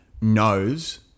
knows